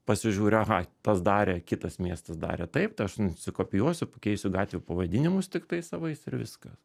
pasižiūri aha tas darė kitas miestas darė taip tai aš nusikopijuosiu pakeisiu gatvių pavadinimus tiktai savais ir viskas